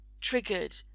triggered